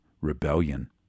rebellion